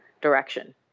direction